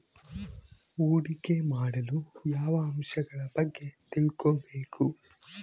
ಹೂಡಿಕೆ ಮಾಡಲು ಯಾವ ಅಂಶಗಳ ಬಗ್ಗೆ ತಿಳ್ಕೊಬೇಕು?